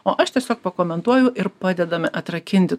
o aš tiesiog pakomentuoju ir padedame atrakinti